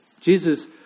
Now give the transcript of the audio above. Jesus